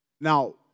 Now